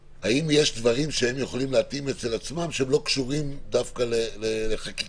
דברים שהם יכולים להתאים אצלם שהם לא קשורים דווקא לחקיקה?